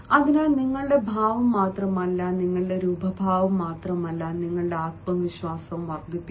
അതിനാൽ നിങ്ങളുടെ ഭാവം മാത്രമല്ല നിങ്ങളുടെ രൂപഭാവം മാത്രമല്ല നിങ്ങളുടെ ആത്മവിശ്വാസം വർദ്ധിപ്പിക്കുക